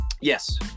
Yes